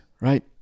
right